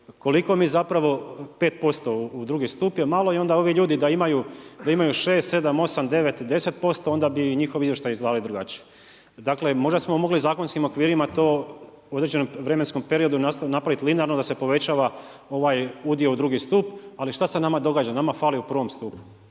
Koliko mi 5% u drugi stup je malo i onda ovi ljudi da imaju 6,7,8,9,10% onda bi njihovi izvještaji izgledali drugačije. Dakle možda smo mogli zakonskim okvirima to u određenom vremenskom periodu napraviti linearno da se povećava ovaj udio u drugi stup. Ali šta se nama događa? Nama fali u prvom stupu,